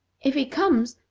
if he comes,